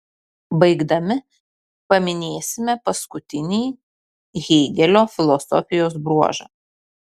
baigdami paminėsime paskutinį hėgelio filosofijos bruožą